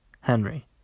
henry